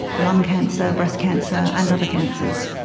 lung cancer, breast cancer and other cancers.